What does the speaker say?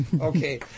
okay